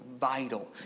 vital